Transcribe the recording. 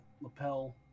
lapel